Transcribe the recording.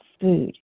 food